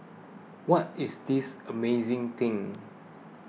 what is this amazing thing